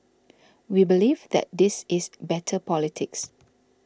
we believe that this is better politics